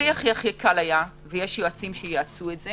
הכי קל היה ויש יועצים שיעצו את זה